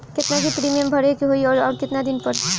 केतना के प्रीमियम भरे के होई और आऊर केतना दिन पर?